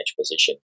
position